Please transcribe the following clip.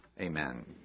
Amen